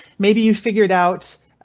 maybe you figured out.